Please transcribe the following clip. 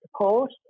support